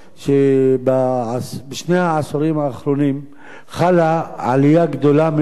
בכך שבשני העשורים האחרונים חלה עלייה גדולה מאוד